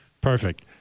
Perfect